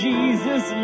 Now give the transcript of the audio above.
Jesus